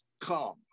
come